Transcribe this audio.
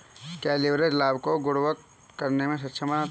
क्या लिवरेज लाभ को गुणक करने में सक्षम बनाता है?